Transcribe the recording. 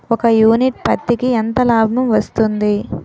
ఒక యూనిట్ పత్తికి ఎంత లాభం వస్తుంది?